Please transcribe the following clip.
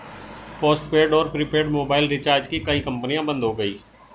postpaid और prepaid mobile recharge की कई कंपनियां बंद हो गई